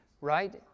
right